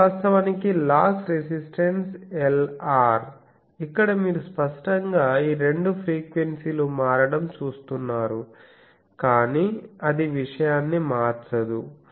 ఇది వాస్తవానికి loss resistance Lr ఇక్కడ మీరు స్పష్టంగా ఈ రెండు ఫ్రీక్వెన్సీలు మారడం చూస్తున్నారు కాని అది విషయాన్ని మార్చదు